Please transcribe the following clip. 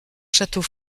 château